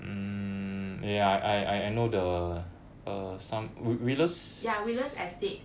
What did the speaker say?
ya wheeler's estate